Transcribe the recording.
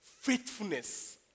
faithfulness